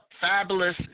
fabulous